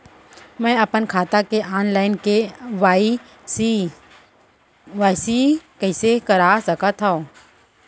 मैं अपन खाता के ऑनलाइन के.वाई.सी कइसे करा सकत हव?